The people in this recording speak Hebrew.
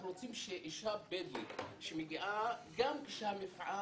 אנחנו רוצים שאישה בדואית שמגיעה גם כשמהמפעל,